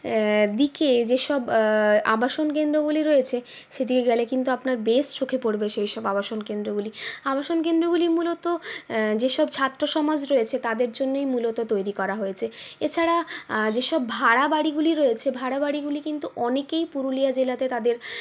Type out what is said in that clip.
দিকে যেসব আবাসন কেন্দ্রগুলি রয়েছে সেদিকে গেলে আপনার বেশ চোখে পড়বে সেইসব আবাসন কেন্দ্রগুলি আবাসন কেন্দ্রগুলি মূলত যেসব ছাত্রসমাজ রয়েছে তাদের জন্যই মূলত তৈরি করা হয়েছে এছাড়া যেসব ভাড়া বাড়িগুলি রয়েছে ভাড়া বাড়িগুলো কিন্তু অনেকেই পুরুলিয়া জেলাতে তাদের